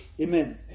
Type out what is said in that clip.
Amen